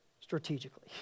strategically